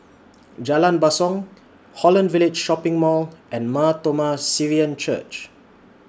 Jalan Basong Holland Village Shopping Mall and Mar Thoma Syrian Church